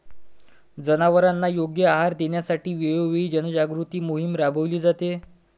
जनावरांना योग्य आहार देण्यासाठी वेळोवेळी जनजागृती मोहीम राबविली जाते